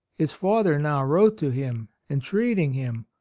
his father now wrote to him entreating him,